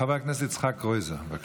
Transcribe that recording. חבר הכנסת יצחק קרויזר, בבקשה.